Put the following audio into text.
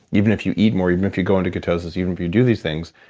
even if you eat more, even if you go into ketosis, even if you do these things,